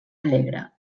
alegre